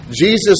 Jesus